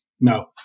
No